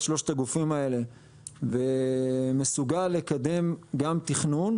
שלושת הגופים האלה ומסוגל לקדם גם תכנון,